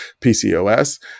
PCOS